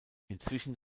inzwischen